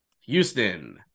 Houston